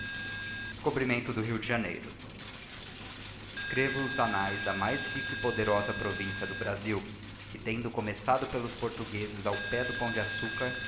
descobrimento do rio de janeiro escrevo os annaes da mais rica e poderosa província do brasil que tendo começado pelos portuguezes ao pé do pão de